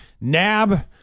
nab